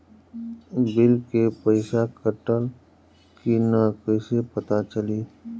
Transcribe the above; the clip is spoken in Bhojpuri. बिल के पइसा कटल कि न कइसे पता चलि?